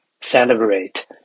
celebrate